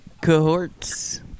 cohorts